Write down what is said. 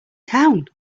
town